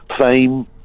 Fame